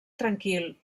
tranquil